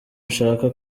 nshaka